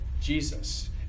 Jesus